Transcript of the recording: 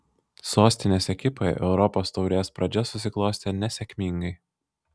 sostinės ekipai europos taurės pradžia susiklostė nesėkmingai